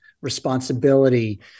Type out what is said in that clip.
responsibility